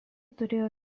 turėjo